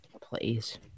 Please